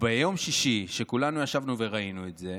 ביום שישי, כשכולנו ישבנו וראינו את זה,